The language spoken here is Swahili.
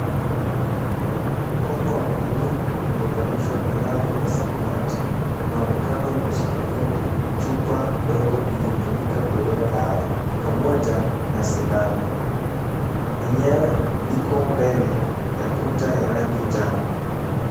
Mkono wa kulia uliovalishwa glavu wa samawati, unaonekana umeshikilia chupa ndogo iliyotumika kubebea dawa pamoja na sindano. Yenyewe iko mbele ya kuta ya rangi njano.